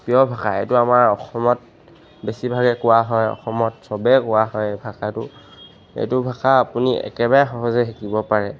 প্ৰিয় ভাষা এইটো আমাৰ অসমত বেছিভাগে কোৱা হয় অসমত চবেই কোৱা হয় এই ভাষাটো এইটো ভাষা আপুনি একেবাৰে সহজে শিকিব পাৰে